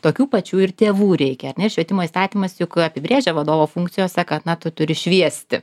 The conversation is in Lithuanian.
tokių pačių ir tėvų reikia ar ne švietimo įstatymas juk apibrėžia vadovo funkcijose kad na tu turi šviesti